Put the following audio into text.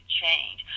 change